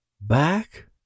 Back